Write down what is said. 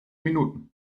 minuten